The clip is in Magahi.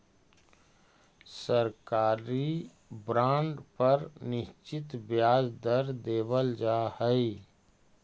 सरकारी बॉन्ड पर निश्चित ब्याज दर देवल जा हइ